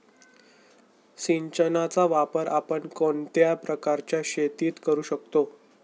सिंचनाचा वापर आपण कोणत्या प्रकारच्या शेतीत करू शकतो?